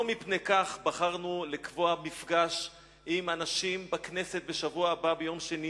לא מפני כך בחרנו לקבוע מפגש עם אנשים בכנסת בשבוע הבא ביום שני,